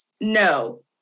No